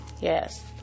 Yes